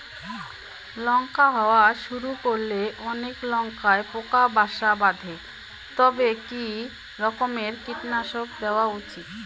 লঙ্কা হওয়া শুরু করলে অনেক লঙ্কায় পোকা বাসা বাঁধে তবে কি রকমের কীটনাশক দেওয়া উচিৎ?